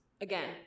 again